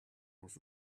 was